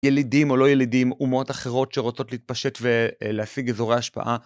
ילידים או לא ילידים, אומות אחרות שרוצות להתפשט ולהשיג אזורי השפעה.